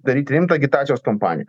daryt rimtą agitacijos kampaniją